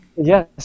Yes